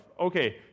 okay